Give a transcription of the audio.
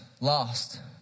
lost